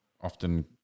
often